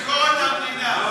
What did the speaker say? ביקורת המדינה.